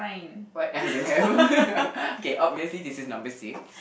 what uh don't have okay obviously this is number six